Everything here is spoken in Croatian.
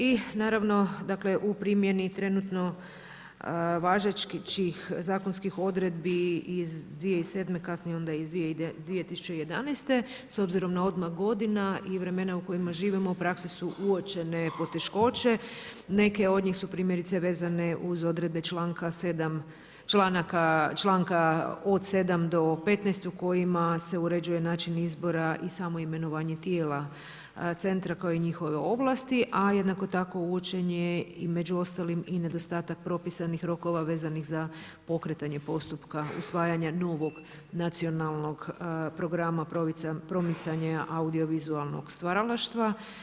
I u primjeni trenutno važećih zakonskih odredbi iz 2007., kasnije iz 2011. s obzirom na odmak godina i vremena u kojima živimo prakse su uočene poteškoće, neke od njih su primjerice vezane uz odredbe članka od 7. do 15. kojima se uređuje način izbora i samo imenovanje tijela centra kao i njihove ovlasti, a jednako tako uočen je i među ostalim i nedostatak propisanih rokova vezanih za pokretanje postupka usvajanja novog Nacionalnog programa promicanja audiovizualnog stvaralaštva.